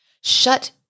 Shut